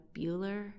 Bueller